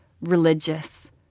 religious